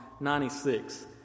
96